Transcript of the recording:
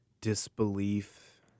Disbelief